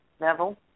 Neville